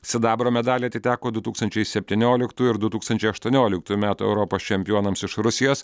sidabro medaliai atiteko du tūkstančiai septynioliktųjų ir du tūkstančiai aštuonioliktųjų metų europos čempionams iš rusijos